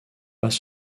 pas